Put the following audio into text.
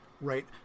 right